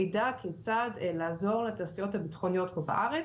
ידע כיצד לעזור לתעשיות הבטחוניות פה בארץ,